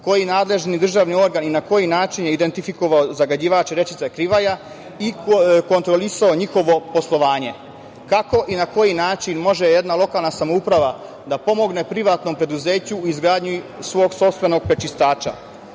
Koji nadležni državni organ i na koji način je identifikovao zagađivače rečice Krivaja i kontrolisao njihovo poslovanje? Kako i na koji način može jedna lokalna samouprava da pomogne privatnom preduzeću u izgradnji svog sopstvenog prečistača? Nadam